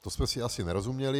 To jsme si asi nerozuměli.